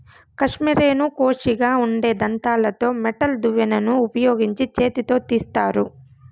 కష్మెరెను కోషిగా ఉండే దంతాలతో మెటల్ దువ్వెనను ఉపయోగించి చేతితో తీస్తారు